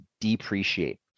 depreciate